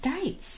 states